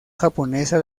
japonesa